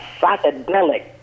psychedelic